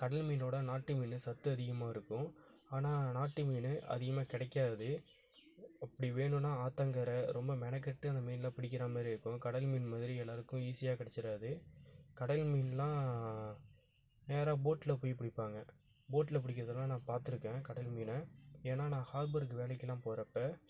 கடல் மீனோடு நாட்டு மீன் சத்து அதிகமாக இருக்கும் ஆனால் நாட்டு மீன் அதிகமாக கிடைக்காது அப்படி வேணுன்னால் ஆற்றங்கரை ரொம்ப மெனக்கெட்டு அந்த மீனெல்லாம் பிடிக்கிற மாரி இருக்கும் கடல் மீன் மாதிரி எல்லாேருக்கும் ஈஸியாக கிடச்சிராது கடல் மீனெல்லாம் நேராக போட்டில் போய் பிடிப்பாங்க போட்டில் பிடிக்கிறதுலாம் நான் பார்த்துருக்கேன் கடல் மீனை ஏன்னால் நான் ஹார்பருக்கு வேலைக்கெல்லாம் போகிறப்ப